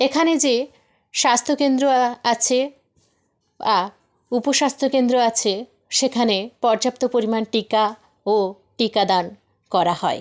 এখানে যে স্বাস্থ্য কেন্দ্র আছে বা উপস্বাস্থ্য কেন্দ্র আছে সেখানে পর্যাপ্ত পরিমাণ টিকা ও টিকাদান করা হয়